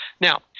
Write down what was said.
Now